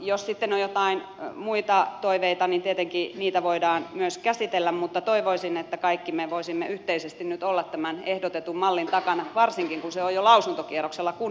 jos sitten on jotain muita toiveita niin tietenkin niitä voidaan myös käsitellä mutta toivoisin että kaikki me voisimme yhteisesti nyt olla tämän ehdotetun mallin takana varsinkin kun se on jo lausuntokierroksella kunnissa